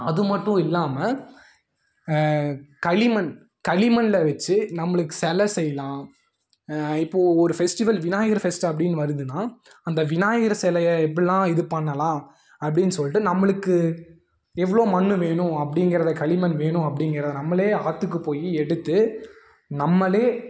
அதுமட்டும் இல்லாமல் களிமண் களிமண்ணில் வச்சு நம்மளுக்கு சிலை செய்யலாம் இப்போது ஒரு ஃபெஸ்ட்டிவல் விநாயகர் ஃபெஸ்ட் அப்படினு வருதுனால் அந்த விநாயகர் சிலைய எப்பெலாம் இதுபண்ணலாம் அப்படின் சொல்லிட்டு நம்மளுக்கு எவ்வளோ மண் வேணும் அப்படிங்கிறத களிமண் வேணும் அப்படிங்கிறத நம்மளே ஆற்றுக்குப் போய் எடுத்து நம்மளே